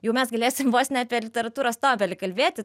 jau mes galėsim vos ne apie literatūros topelį kalbėti